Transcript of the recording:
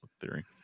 Theory